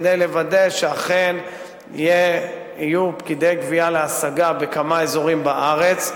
כדי לוודא שאכן יהיו פקידי גבייה להשגה בכמה אזורים בארץ.